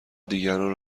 دیگران